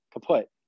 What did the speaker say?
kaput